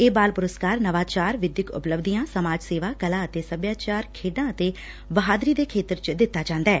ਇਹ ਬਾਲ ਪੁਰਸਕਾਰ ਨਵਾਚਾਰ ਵਿਦਿਅਕ ਉਪਲੱਬਧੀਆਂ ਸਮਾਜ ਸੇਵਾ ਕਲਾ ਅਤੇ ਸਭਿਆਚਾਰ ਖੇਡਾਂ ਅਤੇ ਬਹਾਦਰੀ ਦੇ ਖੇਤਰ ਚ ਦਿੱਤਾ ਜਾਂਦੈ